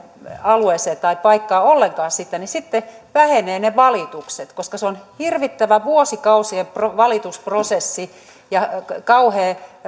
alueella tai paikassa ollenkaan sitten vähenevät ne valitukset se on hirvittävä vuosikausien valitusprosessi ja siitä tulee